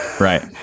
right